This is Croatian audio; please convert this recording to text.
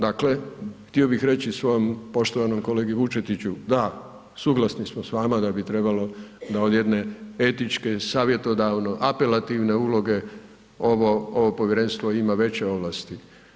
Dakle, htio bih reći svom poštovanom kolegi Vučetiću, da, suglasni smo s vama da bi trebalo da od jedne etičke-savjetodavno-apelativne uloge ovo Povjerenstvo ima veće ovlasti.